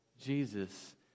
Jesus